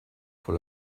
pour